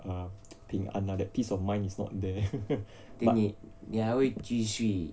ah 平安 that piece of mind is not there